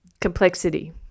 Complexity